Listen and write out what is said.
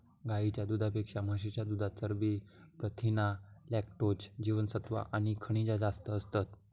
गाईच्या दुधापेक्षा म्हशीच्या दुधात चरबी, प्रथीना, लॅक्टोज, जीवनसत्त्वा आणि खनिजा जास्त असतत